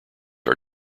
are